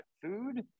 food